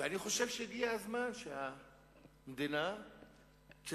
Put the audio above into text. אני חושב שהגיע הזמן שהמדינה תתייחס